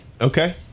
okay